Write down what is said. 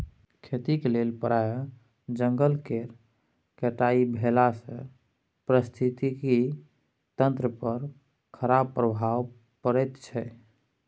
खेतीक लेल प्राय जंगल केर कटाई भेलासँ पारिस्थितिकी तंत्र पर खराप प्रभाव पड़ैत छै